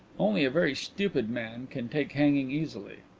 only a very stupid man can take hanging easily.